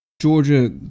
Georgia